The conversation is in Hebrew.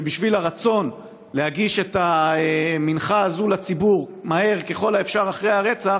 ובשביל הרצון להגיש את המנחה הזו לציבור מהר ככל האפשר אחרי הרצח